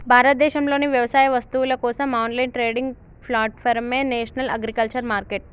భారతదేశంలోని వ్యవసాయ వస్తువుల కోసం ఆన్లైన్ ట్రేడింగ్ ప్లాట్ఫారమే నేషనల్ అగ్రికల్చర్ మార్కెట్